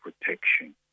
protection